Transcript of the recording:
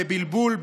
בבלבול,